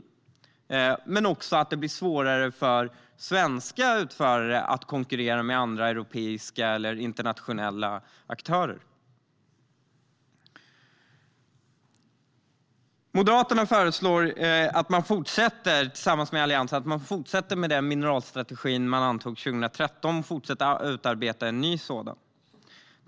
Det blir också svårare för svenska utförare att konkurrera med andra europeiska eller internationella aktörer. Moderaterna föreslår tillsammans med de andra i Alliansen att man ska fortsätta med den mineralstrategi som antogs 2013 och att man ska fortsätta att utarbeta en ny sådan.